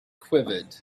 quivered